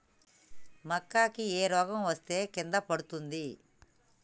మక్కా కి ఏ రోగం వస్తే కింద పడుతుంది?